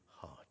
heart